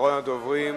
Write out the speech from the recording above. אחרונת הדוברים,